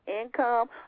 income